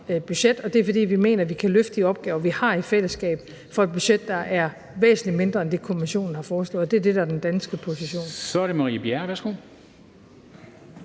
budget, og den er, at vi mener, at vi kan løfte de opgaver, vi i fællesskab har, med et budget, der er væsentlig mindre end det, Kommissionen har foreslået. Og det er det, der er den danske position. Kl. 23:45 Formanden (Henrik